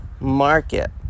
market